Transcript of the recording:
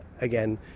again